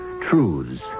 truths